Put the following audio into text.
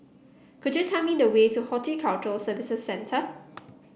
could you tell me the way to Horticulture Services Centre